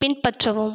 பின்பற்றவும்